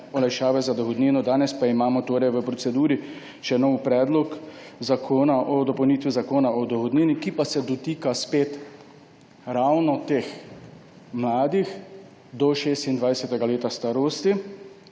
olajšave za dohodnino, danes pa imamo v proceduri še nov predlog zakona o dopolnitvi Zakona o dohodnini, ki pa se dotika ravno teh mladih do 26. leta starosti.